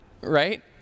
right